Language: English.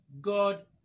God